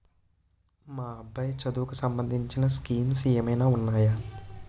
మా అబ్బాయి చదువుకి సంబందించిన స్కీమ్స్ ఏమైనా ఉన్నాయా?